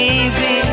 easy